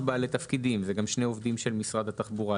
בעלי תפקידים אלא אלה גם שני עובדים של משרד התחבורה.